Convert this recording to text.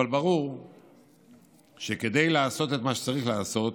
אבל ברור שכדי לעשות את מה שצריך לעשות,